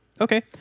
Okay